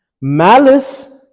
Malice